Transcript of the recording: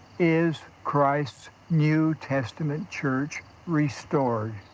is christ's new testament church restored.